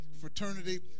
fraternity